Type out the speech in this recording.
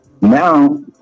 Now